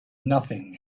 nothing